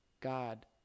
God